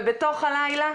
ובתוך הלילה,